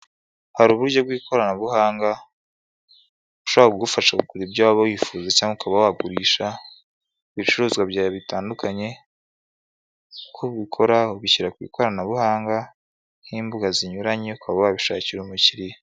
Hari uburyo bw'ikoranabuhanga bushobora kugufasha kugura ibyo waba wifuza cyangwa ukaba kugurisha ibicuruzwa byawe bitandukanye, uko bukora ubishyira ku ikoranabuhanga nk'imbuga zitandukanye ukaba wabishakira umukiliya.